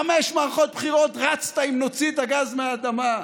חמש מערכות בחירות רצת עם "נוציא את הגז מהאדמה".